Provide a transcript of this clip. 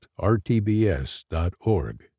rtbs.org